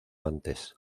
antes